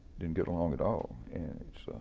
didn't get along at all. and